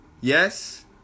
Yes